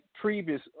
previous